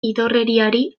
idorreriari